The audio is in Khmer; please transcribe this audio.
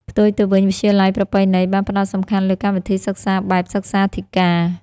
ផ្ទុយទៅវិញ វិទ្យាល័យប្រពៃណី បានផ្តោតសំខាន់លើកម្មវិធីសិក្សាបែបសិក្សាធិការ។